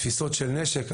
תפיסות של נשק.